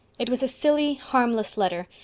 it was a silly, harmless letter,